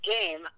game